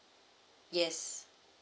yes